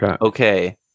Okay